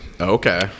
okay